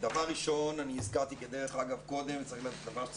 קודם אני הזכרתי כדרך אגב ואני אומר שזה דבר שצריך